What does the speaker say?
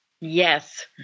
Yes